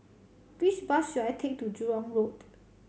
which bus should I take to Jurong Road